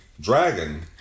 dragon